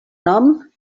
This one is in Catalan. nom